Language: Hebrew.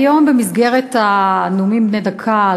היום, במסגרת הנאומים בני דקה,